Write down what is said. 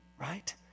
right